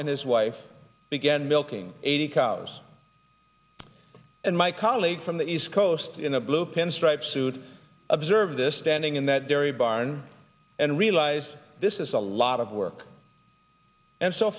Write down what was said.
and his wife began milking eighty cows and my colleague from the east coast in a blue pinstripe suit observe this standing in that dairy barn and realize this is a lot of work and so